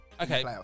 Okay